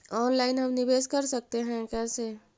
Online हम निवेश कर सकते है, कैसे?